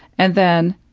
and then